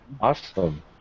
Awesome